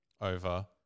over